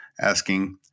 asking